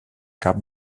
cap